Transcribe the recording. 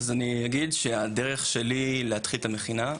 אני אספר על הדרך שלי להתחיל את המכינה,